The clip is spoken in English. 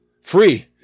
free